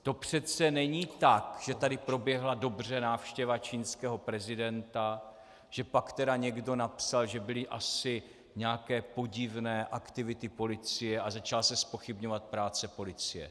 To přece není tak, že tady proběhla dobře návštěva čínského prezidenta, že pak tedy někdo napsal, že byly asi nějaké podivné aktivity policie a začala se zpochybňovat práce policie.